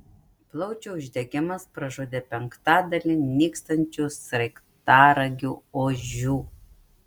plaučių uždegimas pražudė penktadalį nykstančių sraigtaragių ožių